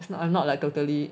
if not I'm like totally